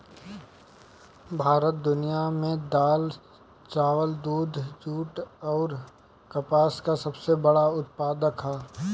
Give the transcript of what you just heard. भारत दुनिया में दाल चावल दूध जूट आउर कपास का सबसे बड़ा उत्पादक ह